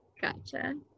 Gotcha